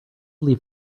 leave